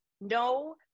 no